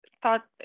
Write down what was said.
thought